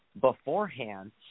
beforehand